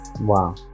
Wow